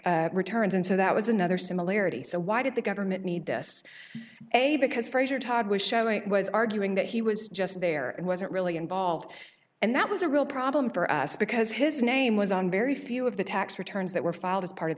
electronic returns and so that was another similarity so why did the government need this a because frazier todd was showing it was arguing that he was just there and wasn't really involved and that was a real problem for us because his name was on very few of the tax returns that were filed as part of